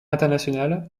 internationale